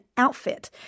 Outfit